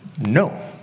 No